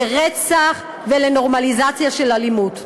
לרצח ולנורמליזציה של אלימות.